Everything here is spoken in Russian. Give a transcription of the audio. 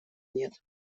нет